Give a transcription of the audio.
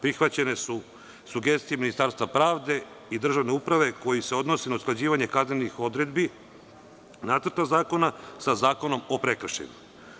Prihvaćene su sugestije Ministarstva pravde i državne uprave, koji se odnose na usklađivanje kaznenih odredbi Nacrta zakona, sa Zakonom o prekršajima.